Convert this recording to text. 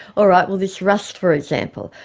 all right, well, this rust for example,